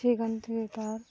সেখান থেকে তার